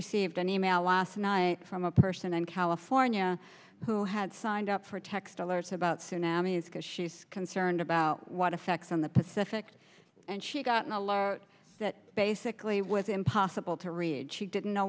received an email last night from a person in california who had signed up for text alerts about tsunamis because she's concerned about what effects on the pacific and she got an alarm that basically was impossible to read she didn't know